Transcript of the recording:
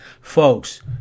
folks